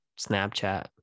snapchat